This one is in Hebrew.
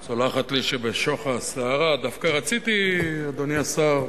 את סולחת לי שבשוך הסערה דווקא רציתי, אדוני השר,